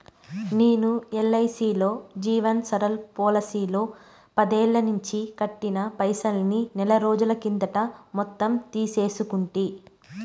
నేను ఎల్ఐసీలో జీవన్ సరల్ పోలసీలో పదేల్లనించి కట్టిన పైసల్ని నెలరోజుల కిందట మొత్తం తీసేసుకుంటి